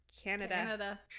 Canada